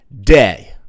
day